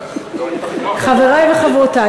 חברי וחברותי,